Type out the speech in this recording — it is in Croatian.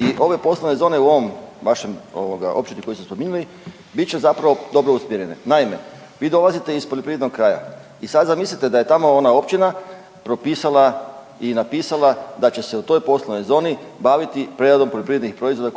i ove poslovne zone u ovom vašem općini koju ste spominjali bit će zapravo dobro usmjerene. Naime, vi dolazite iz poljoprivrednog kraja i sad zamislite da je tako ona općina propisala i napisala da će se u toj poslovnoj zoni baviti preradom poljoprivrednih proizvoda